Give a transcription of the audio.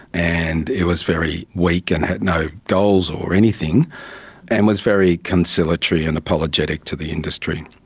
and it was very weak and had no goals or anything and was very conciliatory and apologetic to the industry.